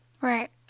Right